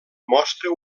mostra